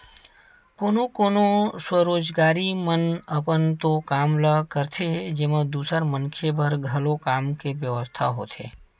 कोनो कोनो स्वरोजगारी मन अपन तो काम ल करथे जेमा दूसर मनखे बर घलो काम के बेवस्था होथे